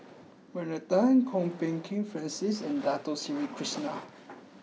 Bernard Tan Kwok Peng Kin Francis and Dato Sri Krishna